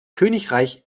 königreich